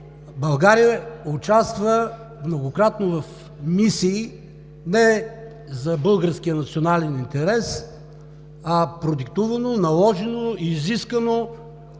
България участва многократно в мисии, в много мисии – не за българския национален интерес, а продиктувано, наложено и изискано